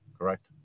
correct